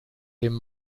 dem